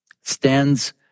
Stands